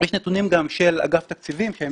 יש נתונים גם של אגף התקציבים שהם